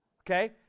Okay